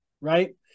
right